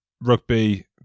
rugby